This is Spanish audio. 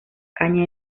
caña